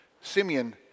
Simeon